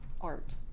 art